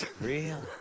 Real